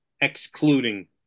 excluding